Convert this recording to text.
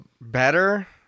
better